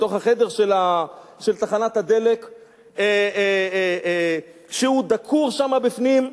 בתוך החדר של תחנת הדלק כשהוא דקור בפנים,